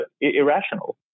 irrational